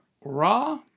raw